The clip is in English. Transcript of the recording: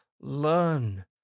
Learn